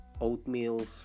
oatmeal